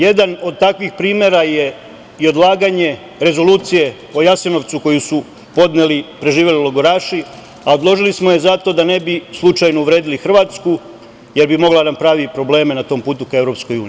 Jedan od takvih primera je i odlaganje rezolucije o Jasenovcu koju su podneli preživeli logoraši, a odložili smo je zato da ne bi slučajno uvredili Hrvatsku, jer bi mogla da nam pravi probleme na tom put ka EU.